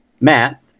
matt